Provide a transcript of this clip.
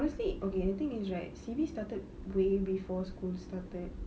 honestly okay the thing is right C_B started way before school started